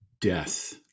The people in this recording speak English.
death